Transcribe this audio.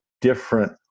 different